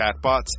chatbots